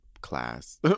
class